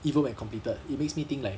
even when completed it makes me think leh